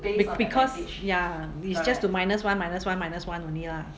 be~ because ya it's just to minus one minus one minus one only lah